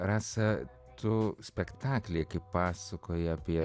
rasa tu spektaklyje kai pasakoji apie